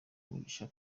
umugisha